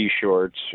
shorts